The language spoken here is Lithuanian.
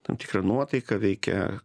tam tikrą nuotaiką veikia